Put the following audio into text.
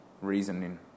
reasoning